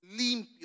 limpio